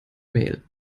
mail